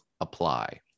apply